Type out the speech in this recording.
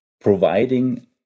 providing